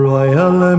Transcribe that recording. Royal